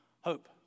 hope